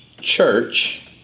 church